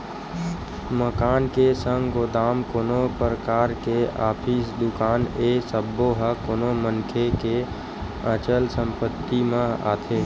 मकान के संग गोदाम, कोनो परकार के ऑफिस, दुकान ए सब्बो ह कोनो मनखे के अचल संपत्ति म आथे